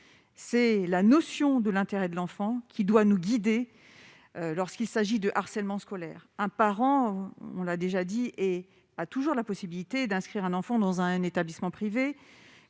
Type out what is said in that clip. c'est la notion de l'intérêt de l'enfant qui doit nous guider lorsqu'il s'agit de harcèlement scolaire un parent, on l'a déjà dit et a toujours la possibilité d'inscrire un enfant dans un établissement privé,